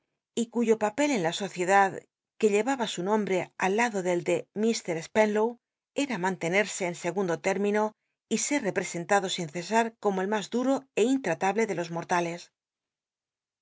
y cuyo papel en la sociedad que llevaba su nombro al lado se en segundo término y sct representad o sin cesa r como el tllas dm'o é intratable de los mottalc